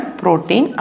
protein